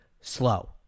slow